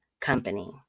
company